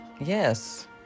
Yes